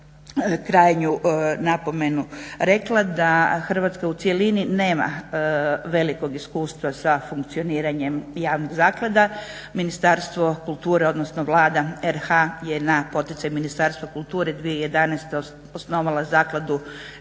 krajnju napomenu rekla da Hrvatska u cjelini nema velikog iskustva sa funkcioniranjem javnih zaklada. Ministarstvo kulture, odnosno Vlada RH je na poticaj Ministarstva kulture 2011. osnovala Zakladu